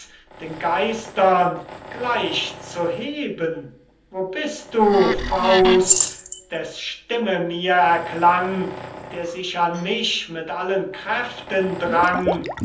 den geistern gleich zu heben wo bist du faust deß stimme mir erklang der sich an mich mit allen kräften drang